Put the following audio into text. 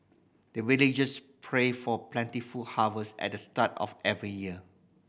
the villagers pray for plentiful harvest at the start of every year